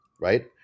right